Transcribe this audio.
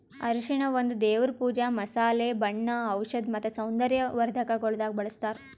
ಅರಿಶಿನ ಒಂದ್ ದೇವರ್ ಪೂಜಾ, ಮಸಾಲೆ, ಬಣ್ಣ, ಔಷಧ್ ಮತ್ತ ಸೌಂದರ್ಯ ವರ್ಧಕಗೊಳ್ದಾಗ್ ಬಳ್ಸತಾರ್